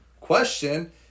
question